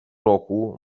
roku